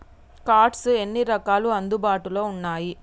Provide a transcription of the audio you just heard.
Cards ఎన్ని రకాలు అందుబాటులో ఉన్నయి?